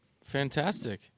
Fantastic